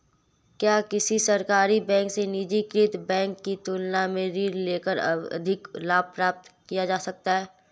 क्या किसी सरकारी बैंक से निजीकृत बैंक की तुलना में ऋण लेकर अधिक लाभ प्राप्त किया जा सकता है?